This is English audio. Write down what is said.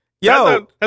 yo